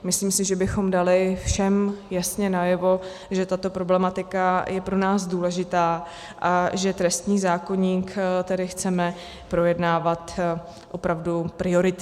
Myslím si, že bychom dali všem jasně najevo, že tato problematika je pro nás důležitá a že trestní zákoník chceme projednávat opravdu prioritně.